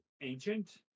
ancient